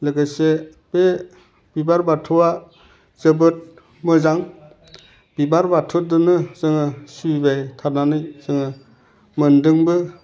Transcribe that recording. लोगोसे बे बिबार बाथौआ जोबोद मोजां बिबार बाथौदोनो जोङो सिबिबाय थानानै जोङो मोनदोंबो